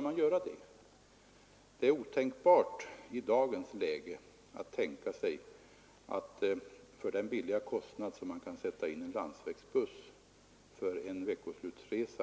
Man kan till relativt låg kostnad sätta in en landsvägsbuss för en veckoslutsresa.